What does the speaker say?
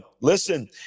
listen